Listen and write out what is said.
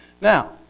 Now